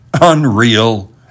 unreal